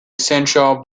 central